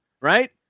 right